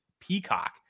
peacock